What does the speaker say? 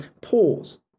pause